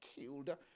killed